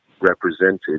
represented